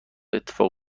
اتفاق